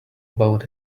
about